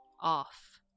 off